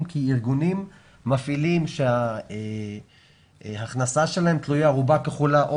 כי ארגונים מפעילים שההכנסה שלהם תלויה רובה ככולה,